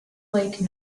lake